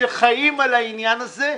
שחיים על העניין הזה.